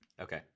Okay